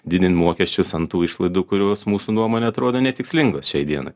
didint mokesčius ant tų išlaidų kurios mūsų nuomone atrodo netikslingos šiai dienai